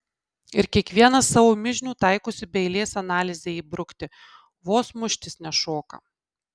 ir kiekvienas savo mižnių taikosi be eilės analizei įbrukti vos muštis nešoka